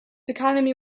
economy